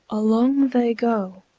along they go,